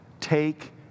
take